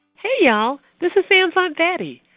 hey, y'all. this is sam's aunt betty.